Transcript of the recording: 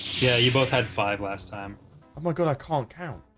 yeah, you both had five last time oh my god, i can't count